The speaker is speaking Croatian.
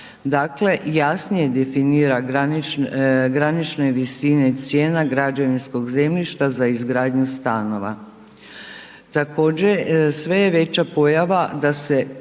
Dakle, jasnije definira granične visine cijena građevinskog zemljišta za izgradnju stanova.